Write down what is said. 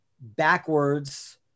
backwards